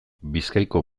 bizkaiko